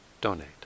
donate